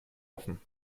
offen